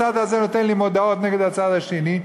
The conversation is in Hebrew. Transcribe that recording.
הצד הזה נותן לי מודעות נגד הצד השני,